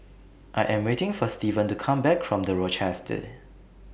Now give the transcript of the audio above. I Am waiting For Steven to Come Back from The Rochester